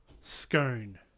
Scone